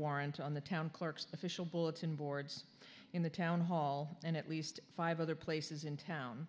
warrant on the town clerk's official bulletin boards in the town hall and at least five other places in town